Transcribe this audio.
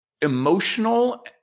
emotional